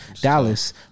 Dallas